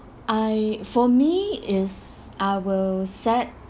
I for me is I will set